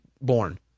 born